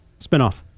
spinoff